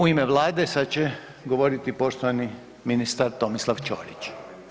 U ime Vlade sad će govoriti poštovani ministar Tomislav Ćorić.